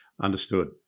Understood